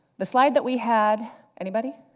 the slide that we had, anybody?